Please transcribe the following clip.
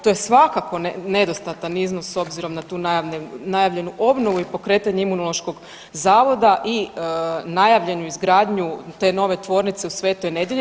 To je svakako nedostatan iznos s obzirom na tu najavljenu obnovu i pokretanje Imunološkog zavoda i najavljenu izgradnju te nove tvornice u Svetoj Nedjelji.